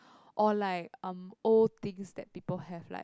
or like um old things that people have like